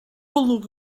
olwg